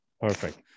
Perfect